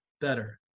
better